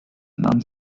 nahm